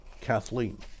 Kathleen